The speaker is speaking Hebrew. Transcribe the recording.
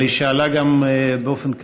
אבל היא שאלה גם באופן כללי,